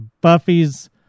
buffy's